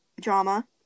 drama